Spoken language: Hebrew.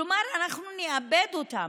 כלומר, אנחנו נאבד אותם.